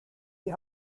die